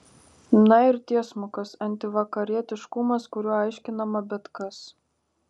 na ir tiesmukas antivakarietiškumas kuriuo aiškinama bet kas